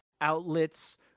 outlets